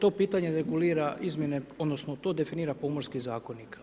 To pitanje regulira izmjene, odnosno to regulira Pomorski zakonik.